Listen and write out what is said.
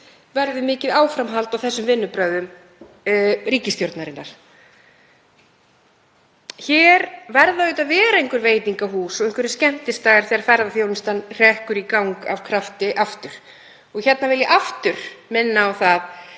verði mikið áframhald á þessum vinnubrögðum ríkisstjórnarinnar. Hér verða auðvitað að vera einhver veitingahús og einhverjir skemmtistaðir þegar ferðaþjónustan hrekkur í gang af krafti aftur. Hérna vil ég aftur minna á það